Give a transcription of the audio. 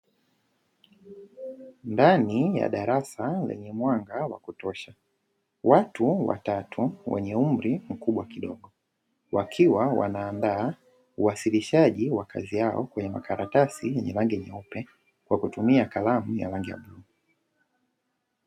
Ndani ya darasa lenye mwanga wa kutosha watu watatu wenye umri mkubwa kidogo, wakiwa wanaandaa uwasilishaji wa kazi yao kwenye makaratasi ya rangi nyeupe kwa kutumia kalamu ya rangi ya bluu.